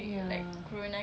ya